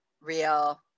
real